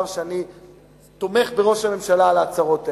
שאני תומך בראש הממשלה על ההצהרות האלה.